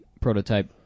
prototype